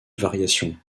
variation